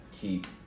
keep